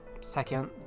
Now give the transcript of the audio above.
Second